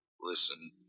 listen